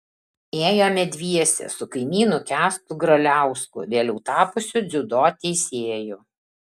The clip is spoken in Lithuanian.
ėjome dviese su kaimynu kęstu graliausku vėliau tapusiu dziudo teisėju